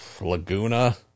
Laguna